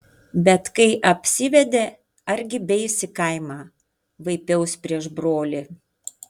bet kai apsivedė argi beeis į kaimą vaipiaus prieš brolį